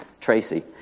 Tracy